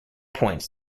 points